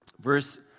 Verse